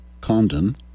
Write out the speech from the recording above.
Condon